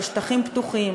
על שטחים פתוחים,